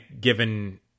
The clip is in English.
given